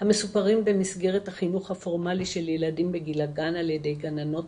המסופרים במסגרת החינוך הפורמלי של ילדים בגיל הגן על ידי גננות